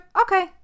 Okay